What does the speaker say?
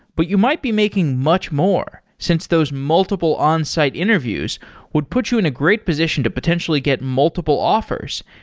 but you might be making much more, since those multiple on-site interviews would put you in a great position to potentially get multiple offers.